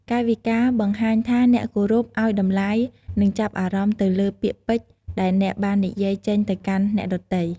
កាយវិការ បង្ហាញថាអ្នកគោរព អោយតម្លៃ និងចាប់អារម្មណ៍ទៅលើពាក្យពេចន៍ដែលអ្នកបាននិយាយចេញទៅកាន់អ្នកដទៃ។